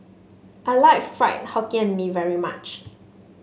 I like Fried Hokkien Mee very much